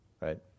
right